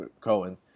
Cohen